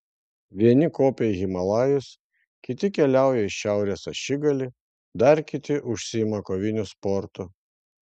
vieni kopia į himalajus kiti keliauja į šiaurės ašigalį dar kiti užsiima koviniu sportu